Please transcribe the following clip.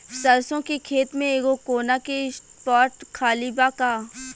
सरसों के खेत में एगो कोना के स्पॉट खाली बा का?